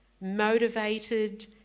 motivated